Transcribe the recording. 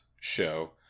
show